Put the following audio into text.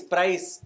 Price